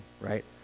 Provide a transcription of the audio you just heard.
right